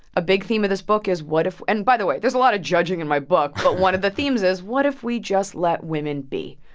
a big theme of this book is what if and by the way, there's a lot of judging in my book. but one of the themes is, what if we just let women be?